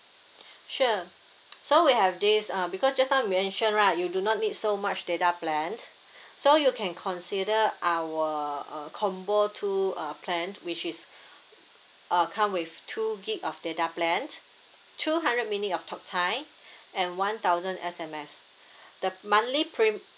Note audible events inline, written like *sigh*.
*breath* *noise* sure so we have this uh because just now you mentioned right you do not need so much data plans so you can consider our uh combo two uh plan which is uh come with two gigabytes of data plans two hundred minutes of talk time and one thousand S_M_S the monthly prim~